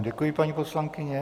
Děkuji vám, paní poslankyně.